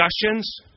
discussions